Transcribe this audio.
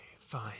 fine